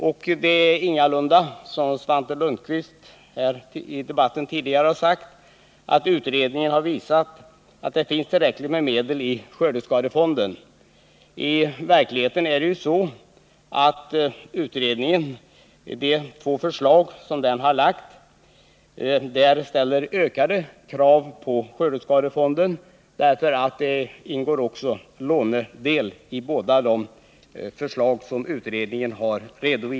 Det är dock ingalunda så, som ;: Anslag inom jord Svante Lundkvist här i debatten tidigare sagt, att denna utredning har visat bruksdepartemenatt det finns tillräckligt med medel i skördeskadefonden. I verkligheten ställs tets verksamhetsdet i de två förslag som utredningen har lagt fram ökade krav på område skördeskadefonden, eftersom det i dessa förslag också ingår en lånedel.